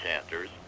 Sanders